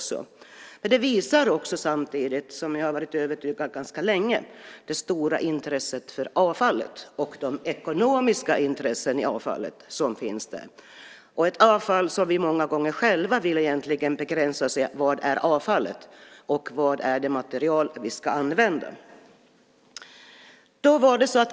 Samtidigt visar detta på något som jag har varit medveten om ganska länge, nämligen det stora intresset för avfallet och de ekonomiska intressen som finns i avfallet. Många gånger vill vi avgränsa detta avfall: Vad är avfall och vad är material vi ska använda?